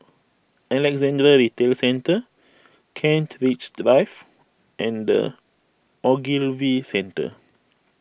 Alexandra Retail Centre Kent Ridge Drive and the Ogilvy Centre